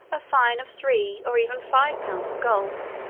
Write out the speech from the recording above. a fine of three, or even five, pounds of gold,